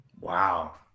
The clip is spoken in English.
Wow